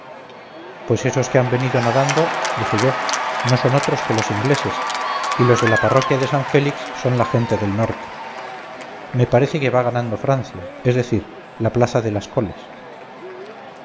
pues esos que han venido nadando dije yo no son otros que los ingleses y los de la parroquia de san félix son la gente del norte me parece que va ganando francia es decir la plaza de las coles